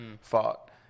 fought